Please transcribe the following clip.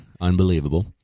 Unbelievable